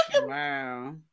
Wow